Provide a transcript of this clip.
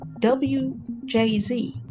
WJZ